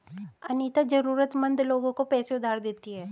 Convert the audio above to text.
अनीता जरूरतमंद लोगों को पैसे उधार पर देती है